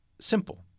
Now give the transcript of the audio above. simple